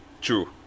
True